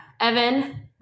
Evan